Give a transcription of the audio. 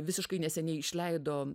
visiškai neseniai išleido